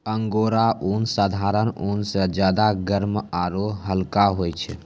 angora ऊन साधारण ऊन स ज्यादा गर्म आरू हल्का होय छै